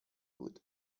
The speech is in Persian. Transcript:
بود